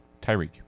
Tyreek